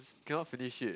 cannot finish it